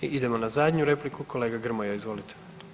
Idemo na zadnju repliku kolega Grmoja, izvolite.